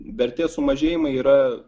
vertės sumažėjimai yra